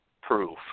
proof